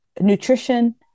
nutrition